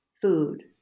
food